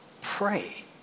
pray